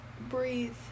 breathe